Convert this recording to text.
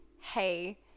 hey